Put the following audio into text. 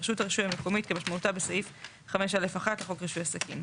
"רשות הרישוי המקומית" כמשמעותה בסעיף 5(א)(1) לחוק רישוי עסקים,